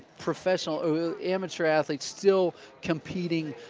professional amateur athletes, still competing,